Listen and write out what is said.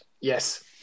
Yes